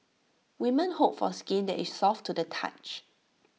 women hope for skin that is soft to the touch